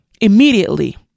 Immediately